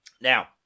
Now